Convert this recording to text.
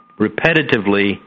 repetitively